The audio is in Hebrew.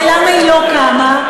ולמה היא לא קמה?